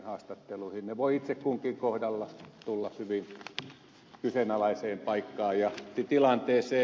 ne voivat itse kunkin kohdalla tulla hyvin kyseenalaiseen paikkaan ja tilanteeseen